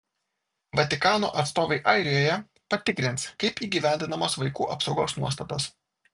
vatikano atstovai airijoje patikrins kaip įgyvendinamos vaikų apsaugos nuostatos